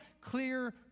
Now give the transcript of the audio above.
clear